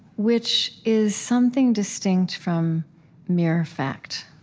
which is something distinct from mere fact